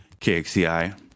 KXCI